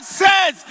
says